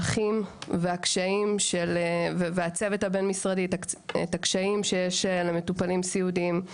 הצרכים ואת הקשיים שיש למטופלים סיעודיים.